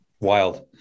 wild